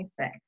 26